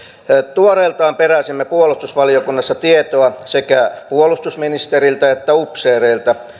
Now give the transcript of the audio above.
tuoreeltaan peräsimme puolustusvaliokunnassa tietoa sekä puolustusministeriltä että upseereilta